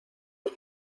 los